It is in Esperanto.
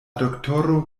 doktoro